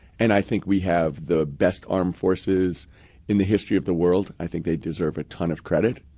and i think we have the best armed forces in the history of the world. i think they deserve a ton of credit.